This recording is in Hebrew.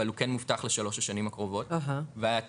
אבל הוא כן מובטח לשלוש השנים הקרובות והתפקיד